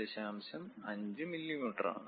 5 മില്ലീമീറ്ററാണ്